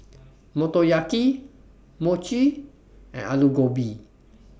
Motoyaki Mochi and Alu Gobi